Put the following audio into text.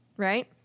Right